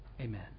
Amen